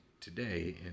today